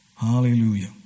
Hallelujah